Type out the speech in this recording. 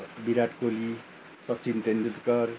Virat Kohli Sachin Tendulkar